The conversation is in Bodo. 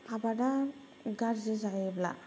आबादा गाज्रि जायोब्ला